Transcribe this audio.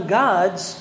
gods